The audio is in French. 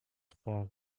trois